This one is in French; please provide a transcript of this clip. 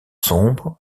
sombres